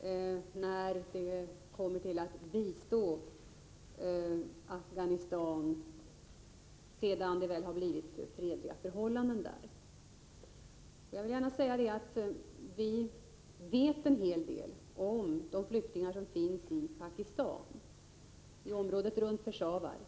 frågan när man skall bistå Afghanistan, sedan det väl har blivit fredliga förhållanden där. Jag vill gärna säga att vi vet en hel del om de flyktingar som finns i Pakistan, i området runt Peshawar.